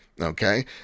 Okay